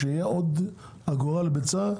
שתהיה עוד אגורה על כל ביצה,